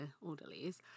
orderlies